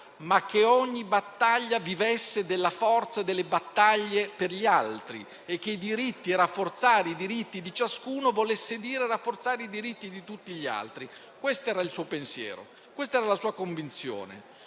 ma che ogni battaglia vivesse della forza delle battaglie per gli altri e che rafforzare i diritti di ciascuno volesse dire rafforzare i diritti di tutti gli altri. Questo era il suo pensiero, questa era la sua convinzione